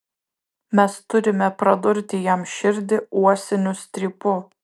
mes turime pradurti jam širdį uosiniu strypu